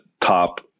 top